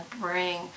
bring